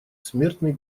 смертный